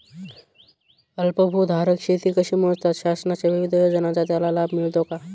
अल्पभूधारक शेती कशी मोजतात? शासनाच्या विविध योजनांचा त्याला लाभ मिळतो का?